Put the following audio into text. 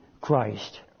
Christ